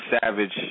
savage